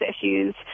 issues